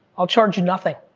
i'll charge you nothing.